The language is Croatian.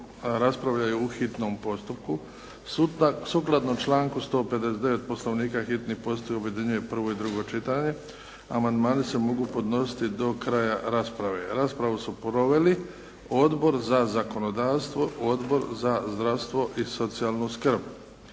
raspravljaju u hitnom postupku. Sukladno članku 159. Poslovnika hitni postupak objedinjuje prvo i drugo čitanje. Amandmani se mogu podnositi do kraja rasprave. Raspravu su proveli Odbor za zakonodavstvo, Odbor za zdravstvo i socijalnu skrb.